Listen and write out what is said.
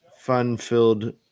fun-filled